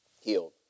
healed